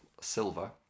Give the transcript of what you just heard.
Silver